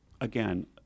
again